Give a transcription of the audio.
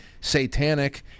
satanic